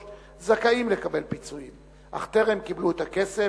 זכאים לקבלת פיצויים, אך הם טרם קיבלו את הכסף.